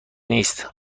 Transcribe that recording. نیست